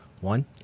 One